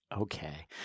Okay